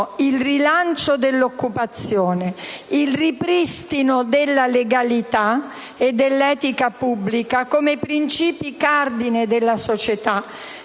al rilancio dell'occupazione, al ripristino della legalità e dell'etica pubblica come principi cardine della società,